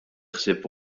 ħsieb